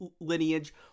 lineage